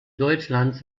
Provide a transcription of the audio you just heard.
deutschlands